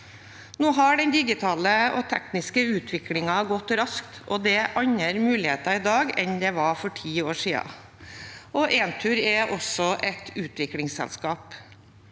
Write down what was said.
Nå har den digitale og tekniske utviklingen gått raskt. Det er andre muligheter i dag enn det var for ti år siden, og Entur er også et utviklingsselskap.